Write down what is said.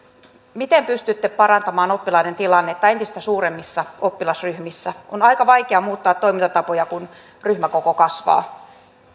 miten pystytte parantamaan oppilaiden tilannetta entistä suuremmissa oppilasryhmissä on aika vaikea muuttaa toimintatapoja kun ryhmäkoko kasvaa